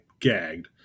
gagged